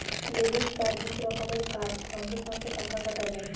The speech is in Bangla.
ডেবিট কার্ড ইক রকমের কার্ড সঙ্গে সঙ্গে টাকা কাটা যায়